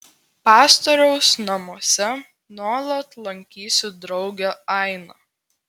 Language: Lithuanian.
pastoriaus namuose nuolat lankysiu draugę ainą